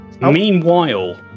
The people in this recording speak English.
meanwhile